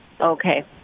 Okay